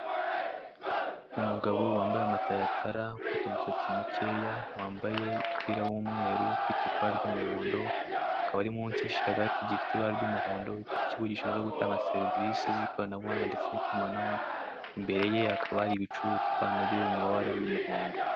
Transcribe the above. Umugabo wambaye amataratara ufite umusatsi mukeye wambaye umupira w'umweru ufite ikora ry'umuhondo akaba ari munsi y'igisharagati gifite ibara ry'umuhondo k'ikigo gishinzwe gutanga serivise z'ikoranabuhanga ndetse n'itumanaho imbere ye hakaba hari ibicuruzwa n'abyo biri mu mabara y'umuhondo.